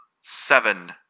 seven